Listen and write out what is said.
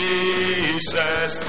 Jesus